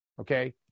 okay